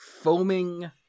foaming